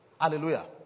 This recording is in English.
Hallelujah